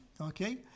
okay